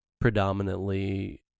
predominantly